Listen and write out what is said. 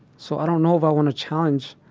so i don't know if i want to challenge